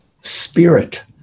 spirit